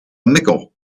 mickle